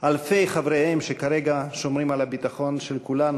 אלפי חבריהם שכרגע שומרים על הביטחון של כולנו,